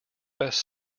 best